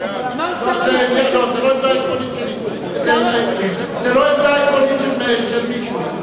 זאת לא עמדה עקרונית של מישהו.